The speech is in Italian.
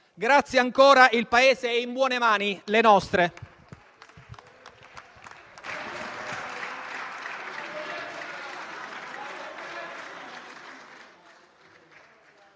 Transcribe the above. Grazie ancora: il Paese è in buone mani, le nostre.